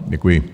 Děkuji.